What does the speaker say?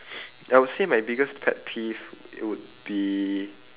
I would say my biggest pet peeve it would be